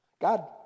God